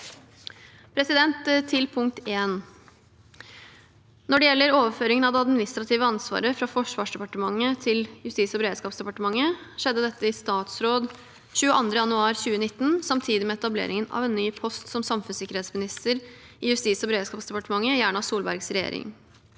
nytt bygg. Til punkt 1: Når det gjelder overføringen av det administrative ansvaret fra Forsvarsdepartementet til Justis- og beredskapsdepartementet, skjedde dette i statsråd 22. januar 2019, samtidig med etableringen av en ny post som samfunnssikkerhetsminister i Justis- og beredskapsdepartementet i Erna Solbergs regjering.